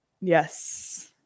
Yes